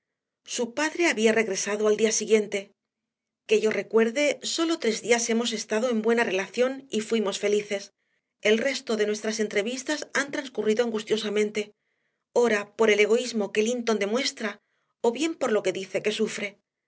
su padre había regresado al día siguiente que yo recuerde sólo tres días hemos estado en buena relación y fuimos felices el resto de nuestras entrevistas han transcurrido angustiosamente ora por el egoísmo que linton demuestra o bien por lo que dice que sufre